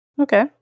Okay